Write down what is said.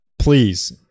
please